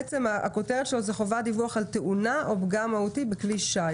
הכותרת היא חובת דיווח על תאונה או פגם מהותי בכלי שיט.